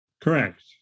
Correct